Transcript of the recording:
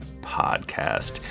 podcast